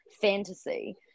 fantasy